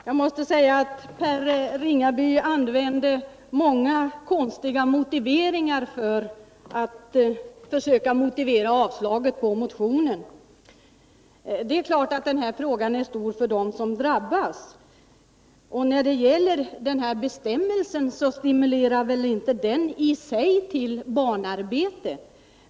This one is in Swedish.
Herr talman! Per-Eric Ringaby använde många konstiga invändningar för att motivera yrkandet om avslag på motionen. Det är klart att detta problem är stort för dem som drabbas. Bestämmelsen i sig stimulerar inte till barnarbete.